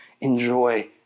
enjoy